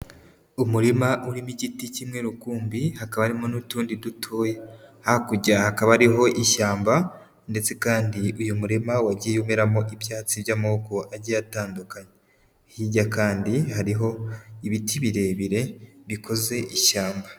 Umurima urimo igiti kimwe rukumbi, hakaba harimo n'utundi dutoya. Hakurya hakaba hariho ishyamba ndetse kandi uyu murima wagiye umeramo ibyatsi by'amoko agiye atandukanye. Hirya kandi hariho ibiti birebire bikoze ishyamba.